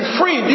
free